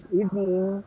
evening